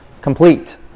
complete